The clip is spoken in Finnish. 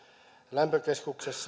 lämpökeskukseen